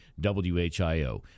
WHIO